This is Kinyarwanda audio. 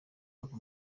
bava